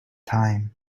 time